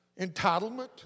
entitlement